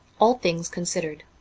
all things considered.